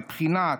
בבחינת